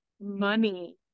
money